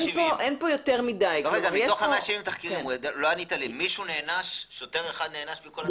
170 תחקירים שוטר אחד נענש?